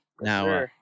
Now